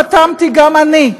חתמתי גם אני,